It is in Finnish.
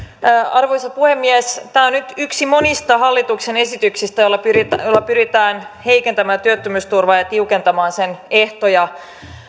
arvoisa puhemies tämä on nyt yksi monista hallituksen esityksistä jolla pyritään heikentämään työttömyysturvaa ja tiukentamaan sen ehtoja